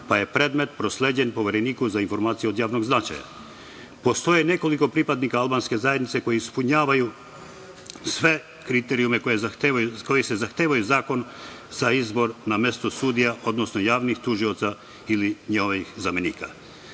pa je predmet prosleđen Povereniku za informacije od javnog značaja. Postoje nekoliko pripadnika albanske zajednice koji ispunjavaju sve kriterijume koje zahtevaju zakon za izbor na mesto sudija, odnosno javnih tužioca ili njenih zamenika. Svestan